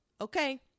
okay